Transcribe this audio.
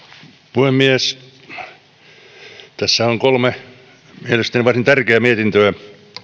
puhemies tässä on mielestäni kolme varsin tärkeää mietintöä